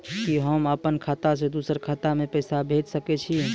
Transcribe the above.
कि होम आप खाता सं दूसर खाता मे भेज सकै छी?